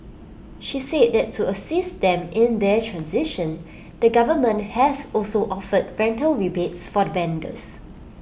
she said that to assist them in their transition the government has also offered rental rebates for the vendors